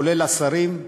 כולל השרים,